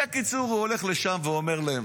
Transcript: בקיצור, הוא הולך לשם ואומר להם: